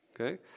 Okay